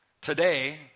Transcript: Today